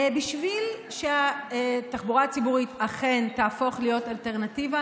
בשביל שהתחבורה הציבורית אכן תהפוך להיות אלטרנטיבה,